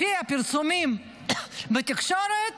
לפי הפרסומים בתקשורת